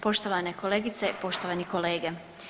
Poštovane kolegice, poštovani kolege.